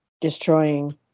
destroying